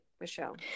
Michelle